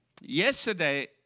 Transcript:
Yesterday